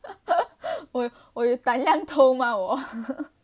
我我有胆量偷吗我